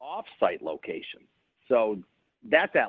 off site location so that's at